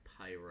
pyro